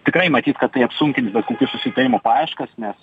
tikrai matyt tai apsunkins bet kokių susitarimų paieškas nes